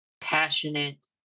passionate